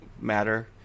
matter